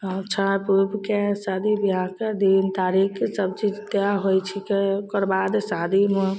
अच्छा पुरुखके शादी बिआहके दिन तारिख ईसबचीज तऽ होइ छिकै ओकरबाद शादीमे